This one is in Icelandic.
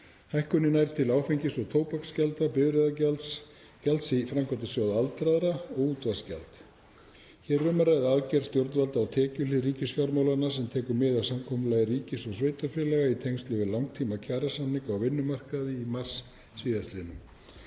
Hækkunin nær til áfengis- og tóbaksgjalda, bifreiðagjalds, gjalds í Framkvæmdasjóð aldraðra og útvarpsgjalds. Hér er um að ræða aðgerð stjórnvalda á tekjuhlið ríkisfjármálanna sem tekur mið af samkomulagi ríkis og sveitarfélaga í tengslum við langtímakjarasamninga á vinnumarkaði í mars síðastliðnum.